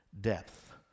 depth